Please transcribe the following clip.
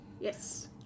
Yes